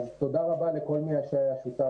אז תודה רבה לכל מי היה שותף,